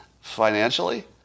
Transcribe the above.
Financially